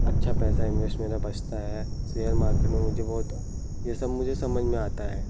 अच्छा पैसा इन्वेस मेरा बचता है सियर मार्केट में मुझे बहुत यह सब मुझे समझ में आता है